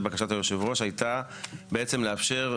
בקשת היושב ראש הייתה בעצם לאפשר,